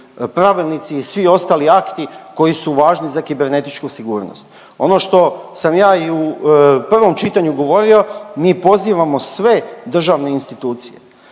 pravilnici i svi ostali akti koji su važni za kibernetičku sigurnost. Ono što sam ja i u prvom čitanju govorio, mi pozivamo sve državne institucije